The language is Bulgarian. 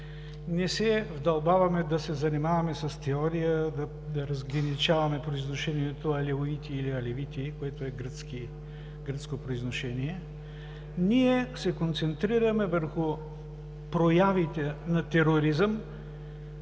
не се вдълбаваме да се занимаваме с теория, да разграничаваме произношението „алеуити“ или „алевити“, което е гръцко произношение, ние се концентрираме върху проявите на тероризъм